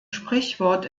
sprichwort